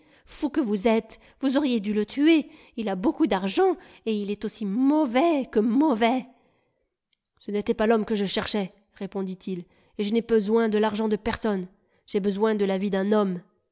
fou que vous êtes vous auriez dû le tuer il a beaucoup d'argent et il est aussi mauvais que mauvais ce n'était pas l'homme que je cherchais répondit-il et je n'ai besoin de l'argent de personne j'ai besoin de la vie d'un homme